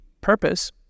purpose